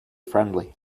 friendly